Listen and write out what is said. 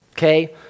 Okay